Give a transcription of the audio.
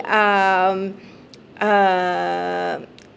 um uh